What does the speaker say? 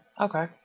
Okay